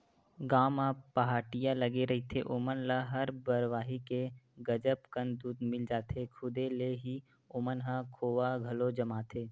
गाँव म पहाटिया लगे रहिथे ओमन ल हर बरवाही के गजब कन दूद मिल जाथे, खुदे ले ही ओमन ह खोवा घलो जमाथे